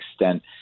extent